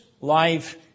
life